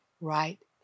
right